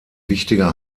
wichtiger